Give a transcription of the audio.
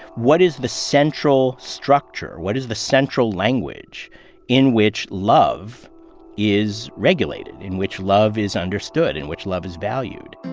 what is the central structure? what is the central language in which love is regulated, in which love is understood, in which love is valued?